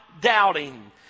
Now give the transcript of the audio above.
doubting